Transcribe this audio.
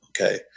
Okay